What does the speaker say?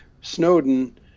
snowden